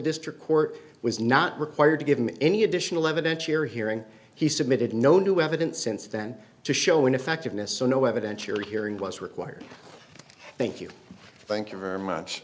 district court was not required to give him any additional evidence you're hearing he submitted no new evidence since then to show ineffectiveness so no evidentiary hearing was required thank you thank you very much